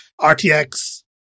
RTX